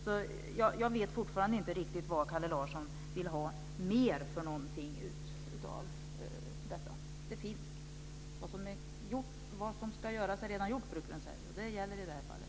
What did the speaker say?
Jag vet alltså fortfarande inte riktigt vad mer som Kalle Larsson vill ha ut av detta. Det finns! Vad som ska göras är redan gjort, brukar man säga. Och det gäller i det här fallet.